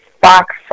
Fox